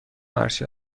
عرشه